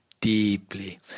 deeply